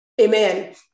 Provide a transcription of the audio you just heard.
Amen